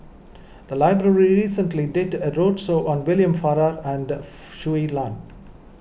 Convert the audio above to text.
the library recently did a roadshow on William Farquhar and Shui Lan